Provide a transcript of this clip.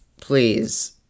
please